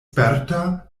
sperta